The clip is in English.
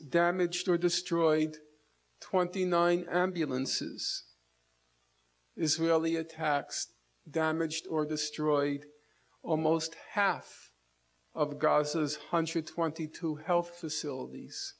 damaged or destroyed twenty nine ambulances israeli attacks domage to or destroyed almost half of gaza's hundred twenty two health facilities